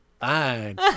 fine